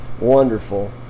wonderful